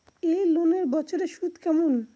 এই লোনের বছরে সুদ কেমন?